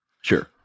Sure